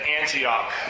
Antioch